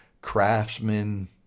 craftsman